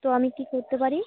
তো আমি কী করতে পারি